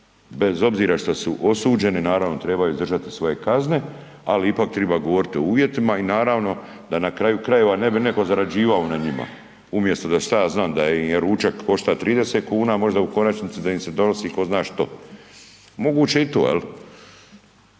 bez obzira šta su osuđeni, naravno trebaju izdržati svoje kazne, ali ipak triba govoriti o uvjetima i naravno da na kraju krajeva ne bi neko zarađivao na njima, umjesto šta ja znam da im je ručak košta 30 kuna možda u konačnici da im se donosi ko zna što. Moguće i to jel.